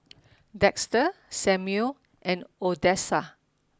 Dexter Samuel and Odessa